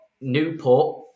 Newport